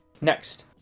next